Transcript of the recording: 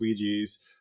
squeegees